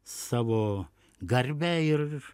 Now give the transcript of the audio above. savo garbę ir